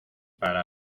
para